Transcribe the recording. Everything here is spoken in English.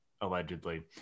allegedly